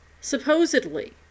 supposedly